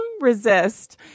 resist